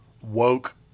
woke